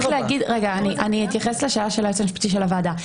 אני אתייחס לשאלה של היועץ המשפטי של הוועדה.